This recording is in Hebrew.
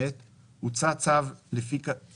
הוצא צו לפי